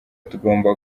tugomba